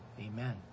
Amen